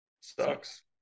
Sucks